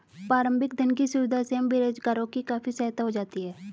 प्रारंभिक धन की सुविधा से हम बेरोजगारों की काफी सहायता हो जाती है